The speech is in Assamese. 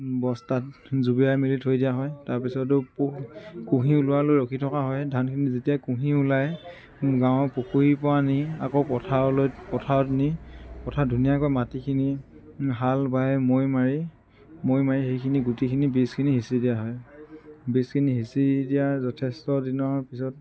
বস্তাত জোবোৰিয়াই মেলি থৈ দিয়া হয় তাৰপিছতো কুঁহ কুঁহি ওলোৱালৈ ৰখি থকা হয় ধানখিনি যেতিয়া কুঁহি ওলাই গাঁৱৰ পুখুৰীৰ পৰা আনি আকৌ পথাৰলৈ পথাৰত নি পথাৰত ধুনীয়াকৈ মাটিখিনি হাল বাই মৈ মাৰি মৈ মাৰি সেইখিনি গোটেইখিনি বীজখিনি সিঁচি দিয়া হয় বীজখিনি সিঁচি দিয়াৰ যথেষ্ট দিনৰ পিছত